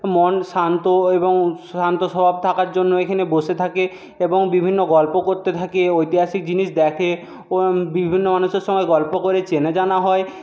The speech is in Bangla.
মন শান্ত এবং শান্ত স্বভাব থাকার জন্য এখানে বসে থাকে এবং বিভিন্ন গল্প করতে থাকে ঐতিহাসিক জিনিস দেখে বিভিন্ন মানুষের সঙ্গে গল্প করে চেনা জানা হয়